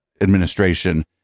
administration